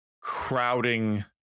crowding